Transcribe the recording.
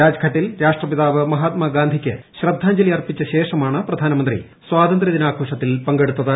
രാജ്ഘട്ടിൽ രാഷ്ട്രപിതാവ് മഹാത്മാഗാന്ധിക്ക് ശ്രദ്ധാജ്ഞലി അർപ്പിച്ചു ശേഷമാണ് പ്രധാനമന്ത്രി സ്വാതന്ത്യ ദിനാഘോഷത്തിൽ പങ്കെടുത്ത്ത്